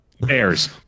Bears